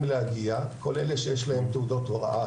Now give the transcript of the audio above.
להגיע אלה שיש להם תעודות הוראה